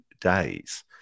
days